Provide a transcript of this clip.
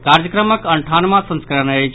ई कार्यक्रमक अंठावनवां संस्करण अछि